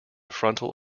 frontal